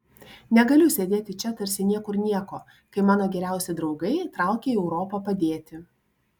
negaliu sėdėti čia tarsi niekur nieko kai mano geriausi draugai traukia į europą padėti